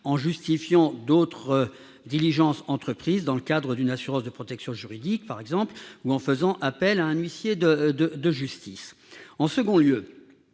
en justifiant d'autres diligences entreprises, par exemple dans le cadre d'une assurance de protection juridique, ou encore en faisant appel à un huissier de justice. En deuxième lieu,